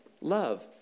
love